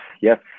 yes